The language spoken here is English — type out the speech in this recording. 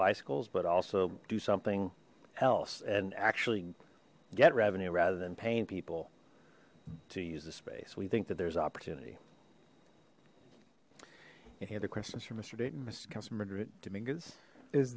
bicycles but also do something else and actually get revenue rather than paying people to use the space we think that there's opportunity any other questions for mis